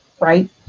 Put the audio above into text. right